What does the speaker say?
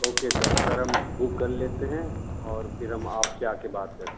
okay sir sir हम book कर लेते हैं और फिर हम आपसे आके बात करते हैं